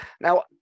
Now